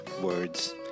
words